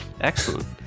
excellent